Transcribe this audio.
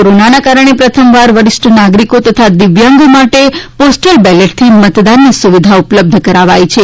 કોરોનાના કારણે પ્રથમવાર વરીષ્ઠ નાગરિકો તથા દિવ્યાંગો માટે પોસ્ટલ બેલેટથી મતદાનની સુવિધા ઉપલબ્ધ કરાવાઈ છે